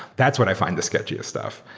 that's what i find this sketchiest stuff.